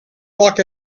luck